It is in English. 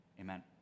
amen